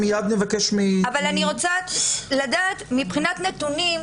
אבל אני רוצה לדעת מבחינת נתונים,